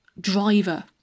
driver